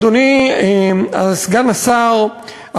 אדוני סגן השר,